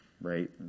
right